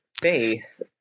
face